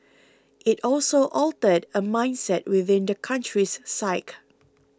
it also altered a mindset within the country's psyche